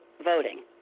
voting